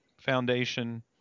Foundation